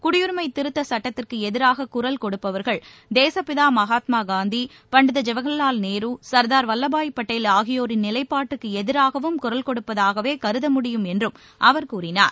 குடியுரிமை திருத்த சட்டத்திற்கு எதிராகக் குரல் கொடுப்பவர்கள் தேசப்பிதா மகாத்மா காந்தி பண்டித ஜவஹர்லால் நேரு சர்தார் வல்லபாய் பட்டேல் ஆகியோரின் நிலைப்பாட்டுக்கு எதிராகவும் குரல் கொடுப்பதாகவே கருத முடியும் என்றும் அவர் கூறினார்